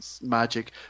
magic